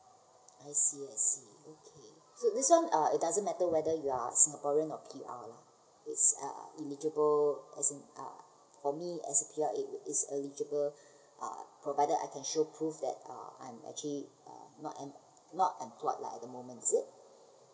I see I see okay so this one uh it doesn't matter whether you are singaporean or P_R lah it's uh eligible as in uh for me as a P_R it its eligible uh provided I can show prove that uh I'm actually um not em~ not employed lah at the moment is it